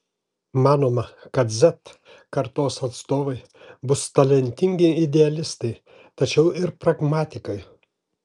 manoma kad z kartos atstovai bus talentingi idealistai tačiau ir pragmatikai